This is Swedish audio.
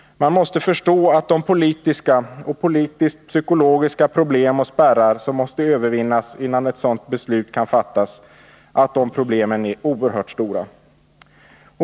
Man måste förstå att de politiska och politiskpsykologiska problem och spärrar som måste övervinnas innan ett sådant beslut kan fattas är oerhört stora.